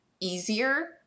easier